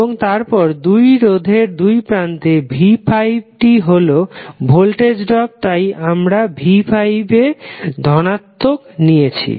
এবং তারপর রোধের দুই প্রান্তে v5 টি হলো ভোল্টেজ ড্রপ তাই আমরা v5 এর ধনাত্মক নিয়েছি